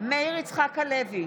מאיר יצחק הלוי,